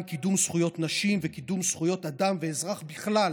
קידום זכויות נשים וקידום זכויות אדם ואזרח בכלל